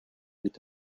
est